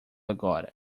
agora